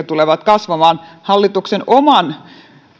tulevat kasvamaan hallituksen oman